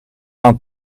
aan